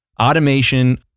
Automation